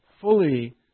fully